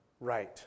right